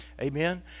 amen